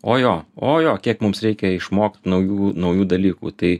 o jo o jo kiek mums reikia išmokti naujų naujų dalykų tai